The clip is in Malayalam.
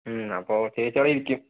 മ്മ് അപ്പോൾ ചേച്ചിയവിടെ ഇരിക്കും